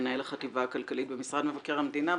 מנהל החטיבה הכלכלית במשרד מבקר המדינה.